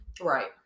Right